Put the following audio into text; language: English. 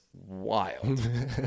wild